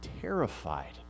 terrified